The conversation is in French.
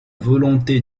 volonté